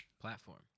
Platform